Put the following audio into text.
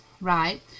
right